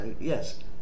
yes